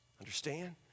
Understand